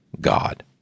God